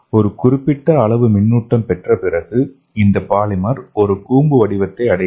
ஒரு குறிப்பிட்ட அளவு மின்னூட்டம் பெற்ற பிறகு இந்த பாலிமர் ஒரு கூம்பு வடிவத்தை அடைகிறது